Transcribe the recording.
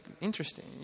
interesting